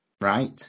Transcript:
Right